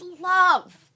love